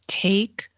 take